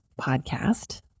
podcast